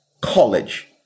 college